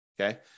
Okay